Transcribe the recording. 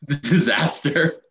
Disaster